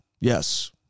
yes